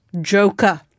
Joker